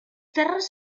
terres